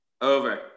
Over